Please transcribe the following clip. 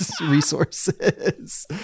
resources